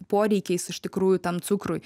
poreikiais iš tikrųjų tam cukrui